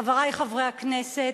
חברי חברי הכנסת,